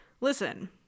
listen